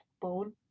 bone